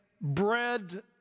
bread